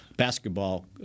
basketball